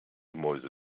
mäuse